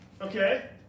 okay